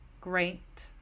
great